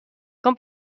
com